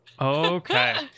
Okay